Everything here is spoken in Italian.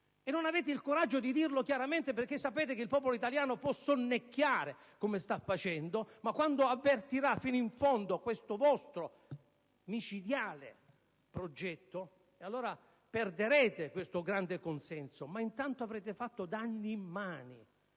e non avete il coraggio di dirlo chiaramente perché sapete che il popolo italiano può sonnecchiare, come sta facendo, ma quando avvertirà fino in fondo il vostro micidiale progetto allora perderete questo grande consenso. Ma intanto avrete fatto danni immani.